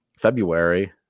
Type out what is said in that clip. February